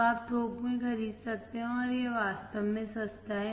तो आप थोक में खरीद सकते हैं और यह वास्तव में सस्ता है